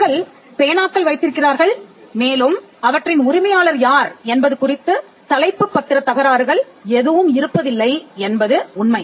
மக்கள் பேனாக்கள் வைத்திருக்கிறார்கள் மேலும் அவற்றின் உரிமையாளர் யார் என்பது குறித்து தலைப்பு பத்திரத் தகராறுகள் எதுவும் இருப்பதில்லை என்பது உண்மை